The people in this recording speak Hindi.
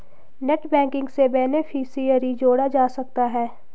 नेटबैंकिंग से बेनेफिसियरी जोड़ा जा सकता है